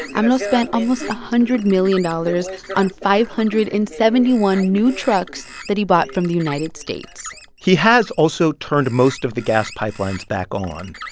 amlo spent almost one hundred million dollars on five hundred and seventy one new trucks that he bought from the united states he has also turned most of the gas pipelines back on.